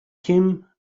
kim